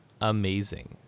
amazing